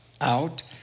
out